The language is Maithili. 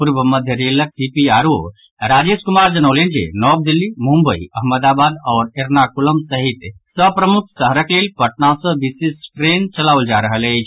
पूर्व मध्य रेलक C P R O Rajesh Kumar जनौलनि जे नव दिल्ली मुम्बई अहमदाबाद आओर एरणाकुलम सहित सभ प्रमुख शहरक लेल पटना सँ विशेष ट्रेन चलाओल जा रहल अछि